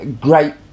great